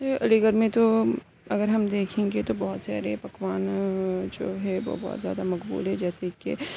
علی گڑھ میں تو اگر ہم دیکھیں گے تو بہت سارے پکوان جو ہے وہ بہت زیادہ مقبول ہے جیسے کہ